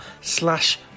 slash